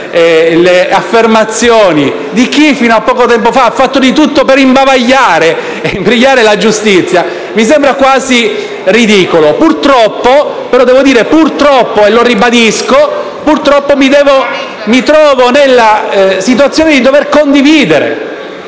le affermazioni di chi, fino a poco tempo, fa ha fatto di tutto per imbavagliare e imbrigliare la giustizia mi sembra quasi ridicolo. Purtroppo - lo ribadisco - mi trovo nella situazione di dover condividere